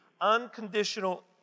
unconditional